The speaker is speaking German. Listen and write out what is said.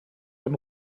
von